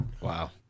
Wow